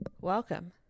welcome